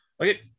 Okay